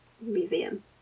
Museum